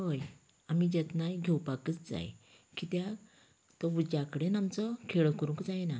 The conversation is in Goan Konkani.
हय आमी जतनाय घेवपाकच जाय कित्याक तर उज्या कडेन आमचो खेळ करूंक जायना